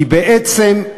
כי בעצם,